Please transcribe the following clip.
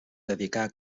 dedicà